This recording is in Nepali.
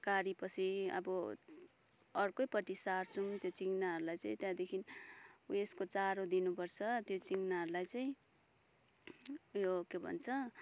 काडेपछि अब अर्कैपट्टि सार्छौँ त्यो चिङ्नाहरूलाई चाहिँ त्यहाँदेखि उइसको चारो दिनुपर्छ त्यो चिङ्नाहरूलाई चाहिँ उयो के भन्छ